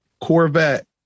Corvette